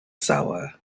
sawa